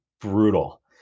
brutal